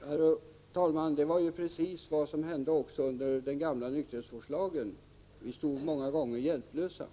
Herr talman! Det var precis vad som hände också under den gamla nykterhetsvårdslagens tid. Vi stod då många gånger hjälplösa.